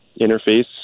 interface